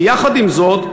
ויחד עם זאת,